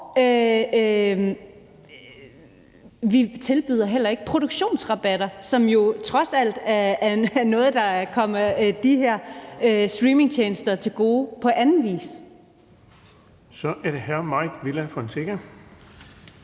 vi tilbyder heller ikke produktionsrabatter, som jo trods alt er noget, der kommer de her streamingtjenester til gode på anden vis. Kl. 11:07 Den fg. formand